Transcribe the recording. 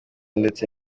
ndetse